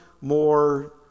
more